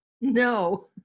No